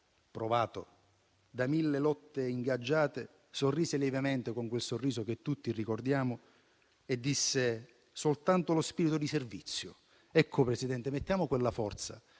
provato da mille lotte ingaggiate, sorrise lievemente, con quel sorriso che tutti ricordiamo, e disse: «Soltanto lo spirito di servizio». Ecco, Presidente, mettiamo quella forza,